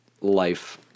life